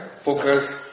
Focus